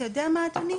אתה יודע מה אדוני,